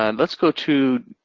and let's go to.